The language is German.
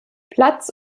platz